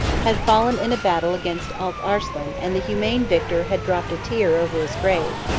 had fallen in a battle against alp arslan and the humane victor had dropped a tear over his grave.